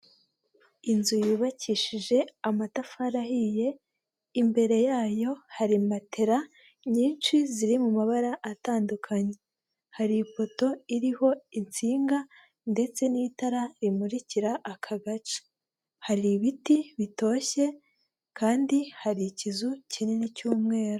Inzu yubakishije amatafari ahiye imbere yayo hari matera nyinshi ziri mu mabara atandukanye, hari ipoto iriho insinga ndetse n'itara rimurikira aka gace, hari ibiti bitoshye kandi hari ikizu kinini cy'umweru.